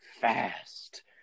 fast